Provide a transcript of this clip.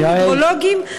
הידרולוגים,